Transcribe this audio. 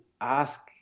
ask